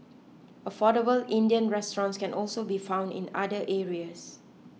affordable Indian restaurants can also be found in other areas